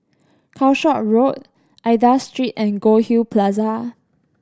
Calshot Road Aida Street and Goldhill Plaza